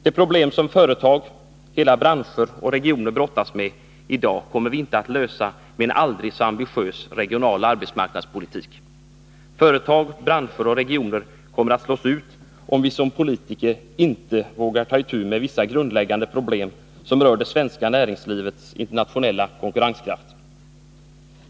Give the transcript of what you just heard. De problem som företag, hela branscher och regioner brottas med i dag kommer vi inte att lösa med en aldrig så ambitiös regionaloch arbetsmarknadspolitik. Företag, branscher och regioner kommer att slås ut, om vi som politiker inte vågar ta itu med vissa grundläggande problem, som rör det svenska näringslivets internationella konkurrenskraft.